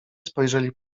spojrzeli